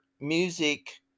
music